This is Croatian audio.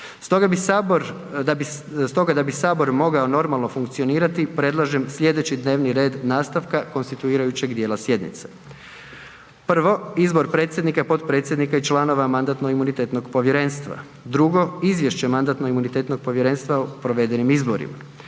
Stoga da bi Sabor mogao normalno funkcionirati, predlažem slijedeći dnevni red nastavka konstituirajućeg djela sjednice: 1. Izbor predsjednika, potpredsjednika i članova Mandatno-imunitetnog povjerenstva 1. Izvješće Mandatno-imunitetnog povjerenstva o provedenim izborima